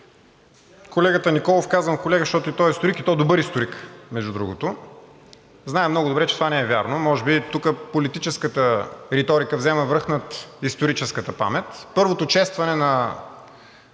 Колегата Николов, казвам колега, защото и той е историк, и то добър историк, между другото, знае много добре, че това не е вярно. Може би тук политическата риторика взема връх над историческата памет. Първото честване на